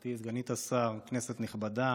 גברתי סגנית השר, כנסת נכבדה,